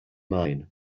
mine